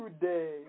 today